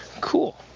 Cool